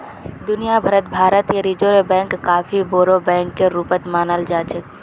दुनिया भर त भारतीय रिजर्ब बैंकक काफी बोरो बैकेर रूपत मानाल जा छेक